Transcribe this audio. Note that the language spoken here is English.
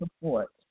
support